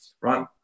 right